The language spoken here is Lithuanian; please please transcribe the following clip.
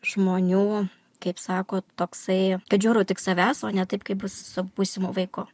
žmonių kaip sako toksai kad žiūriu tik savęs o ne taip kaip bus su būsimu vaiku